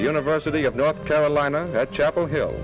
university of north carolina at chapel hill